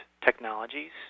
technologies